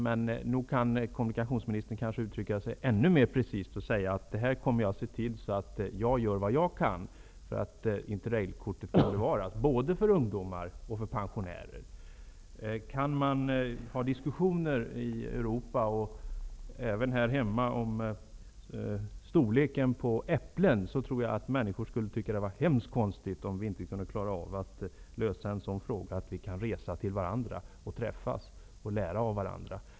Men nog kan kommunikationsministern uttrycka sig ännu mer precist och säga att han skall se till att göra vad han kan för att interrailkortet skall bevaras, både för ungdomar och för pensionärer. Kan man ha diskussioner i Europa och även här hemma om storleken på äpplen, tror jag att människor skulle tycka att det var konstigt om vi inte kunde klara en fråga om att resa till varandra, träffas och lära av varandra.